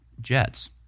jets